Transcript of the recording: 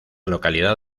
localidad